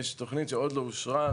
יש תוכנית שעוד לא אושרה,